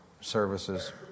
services